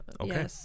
okay